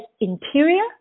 interior